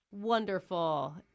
wonderful